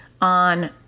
on